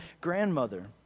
grandmother